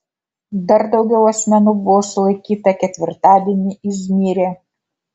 dar daugiau asmenų buvo sulaikyta ketvirtadienį izmyre